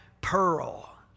pearl